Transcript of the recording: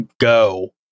go